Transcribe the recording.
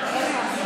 עבודה.